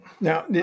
Now